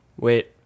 wait